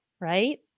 right